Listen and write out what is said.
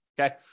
Okay